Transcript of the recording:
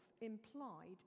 implied